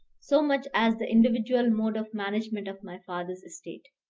so much as the individual mode of management of my father's estate.